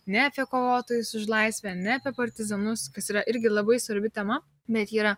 ne apie kovotojus už laisvę ne apie partizanus kas yra irgi labai svarbi tema bet ji yra